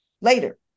later